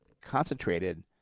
concentrated